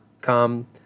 come